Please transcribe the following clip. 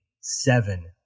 seven